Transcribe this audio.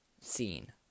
scene